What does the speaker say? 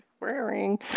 Wearing